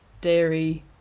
dairy